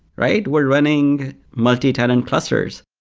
right? we're running multi tenant clusters